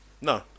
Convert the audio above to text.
no